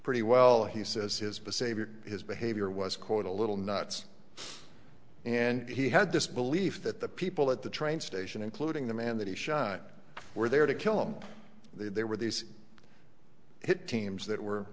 pretty well he says his behavior his behavior was quote a little nuts and he had this belief that the people at the train station including the man that he shot were there to kill him they were these hit teams that were